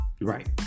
Right